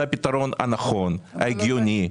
זה הפתרון הנכון, ההגיוני.